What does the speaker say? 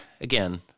again